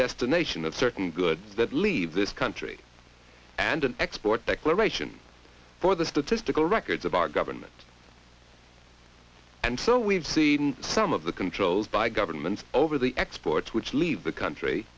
destination of certain goods that leave this country and an export declaration for the statistical records of our government and so we've seen some of the country by governments over the exports which leave the country